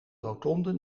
rotonde